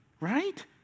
right